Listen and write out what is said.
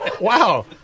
Wow